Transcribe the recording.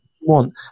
want